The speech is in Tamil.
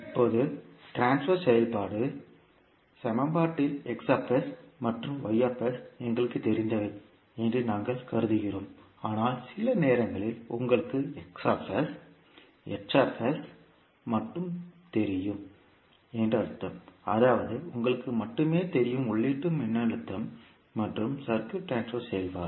இப்போது ட்ரான்ஸ்பர் செயல்பாடு சமன்பாட்டில் மற்றும் எங்களுக்குத் தெரிந்தவை என்று நாங்கள் கருதுகிறோம் ஆனால் சில நேரங்களில் உங்களுக்கு மட்டுமே தெரியும் என்று அர்த்தம் அதாவது உங்களுக்கு மட்டுமே தெரியும் உள்ளீட்டு மின்னழுத்தம் மற்றும் சர்க்யூட் ட்ரான்ஸ்பர் செயல்பாடு